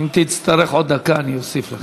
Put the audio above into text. אם תצטרך עוד דקה אני אוסיף לך.